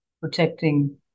protecting